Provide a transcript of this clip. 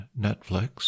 Netflix